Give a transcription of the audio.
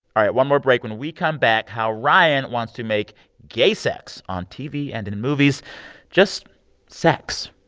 all right. one more break. when we come back, how ryan wants to make gay sex on tv and in movies just sex,